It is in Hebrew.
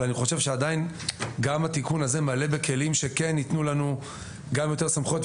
אבל אני חושב שגם התיקון הזה מלא בכלים שייתנו לנו גם יותר סמכויות,